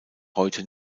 heute